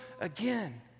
again